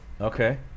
Okay